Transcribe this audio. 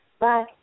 Bye